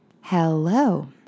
Hello